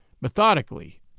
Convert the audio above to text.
Methodically